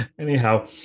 Anyhow